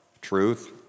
truth